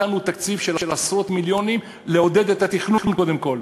נתנו תקציב של עשרות מיליונים לעודד את התכנון קודם כול,